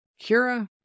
Kira